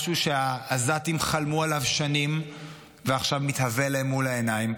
משהו שהעזתים חלמו עליו שנים ועכשיו מתהווה להם מול העיניים.